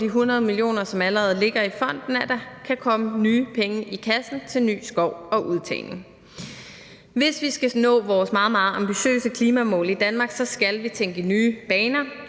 over de 100 mio. kr., som allerede ligger i fonden, at der kan komme nye penge i kassen til ny skov og udtagning. Hvis vi skal nå vores meget, meget ambitiøse klimamål i Danmark, skal vi tænke i nye baner.